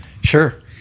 sure